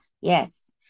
Yes